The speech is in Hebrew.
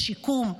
שיקום,